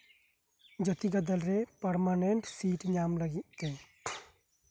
ᱡᱟᱛᱤ ᱜᱟᱫᱮᱞ ᱨᱮ ᱯᱟᱨᱢᱟᱱᱮᱱᱴ ᱥᱤᱴ ᱧᱟᱢ ᱞᱟᱜᱤᱫ ᱛᱮ